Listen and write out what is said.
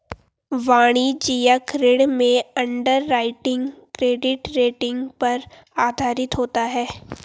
वाणिज्यिक ऋण में अंडरराइटिंग क्रेडिट रेटिंग पर आधारित होता है